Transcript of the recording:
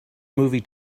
movie